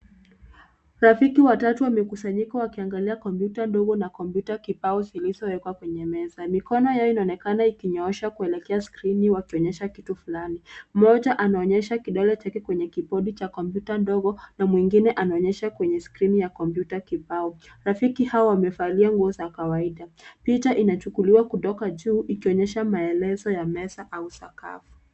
Rafiki watatu wamekusanyika wakiangalia kompyuta ndogo na kompyuta kibao zilizowekwa kwenye meza. Mikono yao inaonekana ikinyoosha kuelekea skrini wakionyesha kitu fulani. Mmoja anaonyesha kidole chake kwenye kibodi cha kompyuta ndogo na mwingine anaonyesha kwenye skrini ya kompyuta kibao. Rafiki hao wamevalia nguo za kawaida. Picha inachukuliwa kutoka juu ikionyesha maelezo ya meza au sakafu.